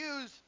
use